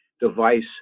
device